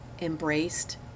embraced